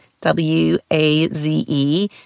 W-A-Z-E